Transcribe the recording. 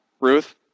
Ruth